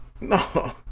No